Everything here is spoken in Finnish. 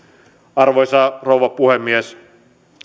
arvoisa rouva puhemies